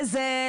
לא עובדים בזה,